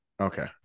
Okay